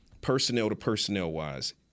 personnel-to-personnel-wise